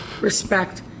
respect